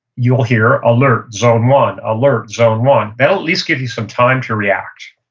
you'll hear alert, zone one. alert, zone one. that'll at least give you some time to react.